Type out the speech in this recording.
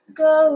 go